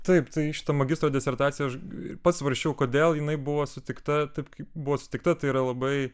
taip tai į šitą magistro disertaciją aš ir pats svarsčiau kodėl jinai buvo sutikta taip kaip buvo sutikta tai yra labai